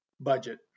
budget